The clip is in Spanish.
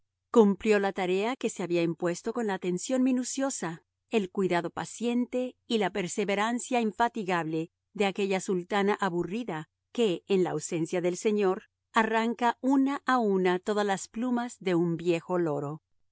cumplió la tarea que se había impuesto con la atención minuciosa el cuidado paciente y la perseverancia infatigable de aquella sultana aburrida que en la ausencia del señor arranca una a una todas las plumas de un viejo loro